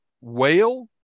whale